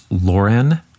Lauren